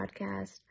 podcast